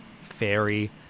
fairy